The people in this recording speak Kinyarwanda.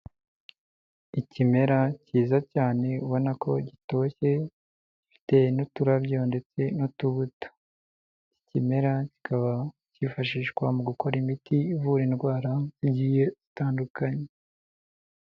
Ikimera cyiza cyane ubona ko gitoshye bitewe n'uturabyo ndetse n'utubuto, iki kimera kikaba cyifashishwa mu gukora imiti ivura indwara zigiye zitandukanye.